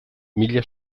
mila